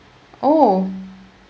oh